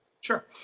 Sure